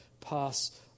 pass